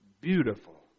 beautiful